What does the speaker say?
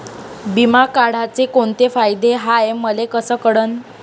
बिमा काढाचे कोंते फायदे हाय मले कस कळन?